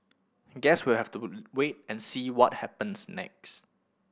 guess we have to wait and see what happens next